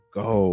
go